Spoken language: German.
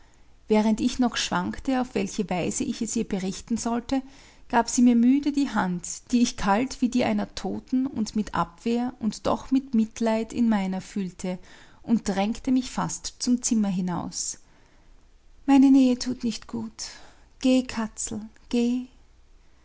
während ich noch schwankte auf welche weise ich es ihr berichten sollte gab sie mir müde die hand die ich kalt wie die einer toten und mit abwehr und doch mit mitleid in meiner fühlte und drängte mich fast zum zimmer hinaus meine nähe tut nicht gut geh katzel geh